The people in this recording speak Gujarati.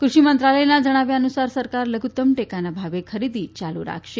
કૃષિ મંત્રાલયના જણાવ્યા અનુસાર સરકાર લધુત્તમ ટેકાના ભાવે ખરીદી યાલુ રાખશે